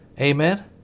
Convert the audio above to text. Amen